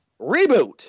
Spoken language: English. reboot